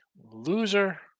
loser